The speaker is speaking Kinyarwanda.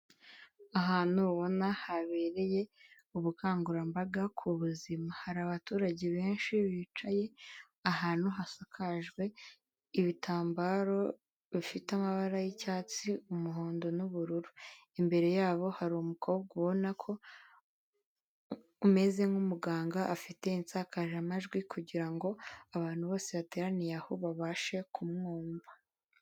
Ahantu ubona habereye ubukangurambaga ku buzima hari abaturage benshi bicaye ahantu hasakajwe ibitambaro bifite amabara y'icyatsi, umuhondo, n'ubururu imbere yabo hari umukobwa ubona ko umeze nk'umuganga afite insakaramajwi kugira ngo abantu bose bateraniye aho babashe kumwumva.